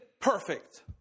perfect